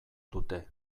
dute